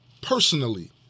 personally